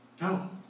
No